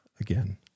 again